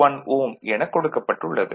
01 Ω எனக் கொடுக்கப்பட்டுள்ளது